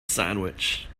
sandwich